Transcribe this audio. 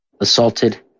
assaulted